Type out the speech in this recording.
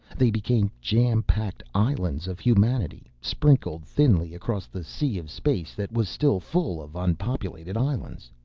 they became jampacked islands of humanity sprinkled thinly across the sea of space that was still full of unpopulated islands.